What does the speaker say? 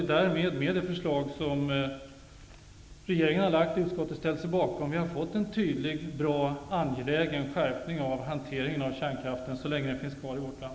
I och med det förslag som regeringen har lagt fram och som utskottet har ställt sig bakom, har vi fått en tydlig, bra och angelägen skärpning av kärnkraftshanteringen så länge den finns kvar i vårt land.